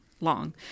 long